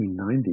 1990